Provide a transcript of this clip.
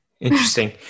interesting